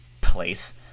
place